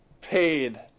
paid